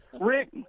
Rick